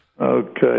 Okay